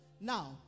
Now